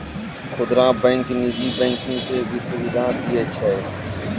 खुदरा बैंक नीजी बैंकिंग के भी सुविधा दियै छै